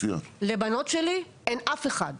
לבנות שלי אין אף אחד,